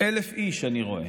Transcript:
1,000 איש אני רואה.